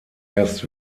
erst